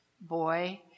boy